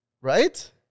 Right